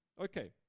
Okay